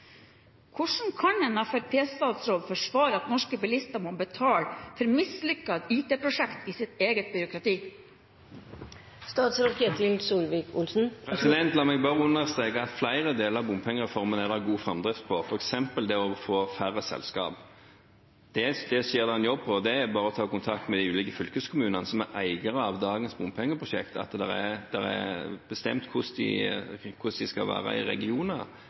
Hvordan kan en fremskrittspartistatsråd forsvare at norske bilister må betale for mislykkede IT-prosjekter i hans eget byråkrati? La meg bare understreke at flere deler av bompengereformen er det god framdrift på, f.eks. det å få færre selskaper. Det skjer det en jobb på, det er bare å ta kontakt med de ulike fylkeskommunene som er eiere av dagens bompengeprosjekter. Det er bestemt hvordan de skal være i regioner,